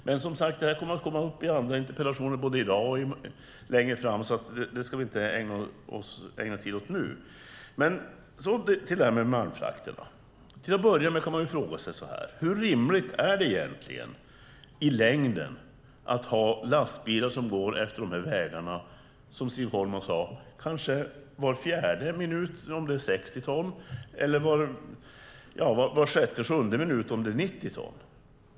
Men som sagt kommer detta att komma upp i andra interpellationsdebatter, både i dag och längre fram, så det ska vi inte ägna tid åt nu. Vad gäller malmfrakterna kan man till att börja med som Siv Holma sade fråga sig hur rimligt det egentligen är i längden att ha lastbilar som kör på de här vägarna kanske var fjärde minut om det är 60 ton eller var sjätte sjunde minut om det är 90 ton.